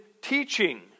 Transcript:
teaching